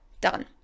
done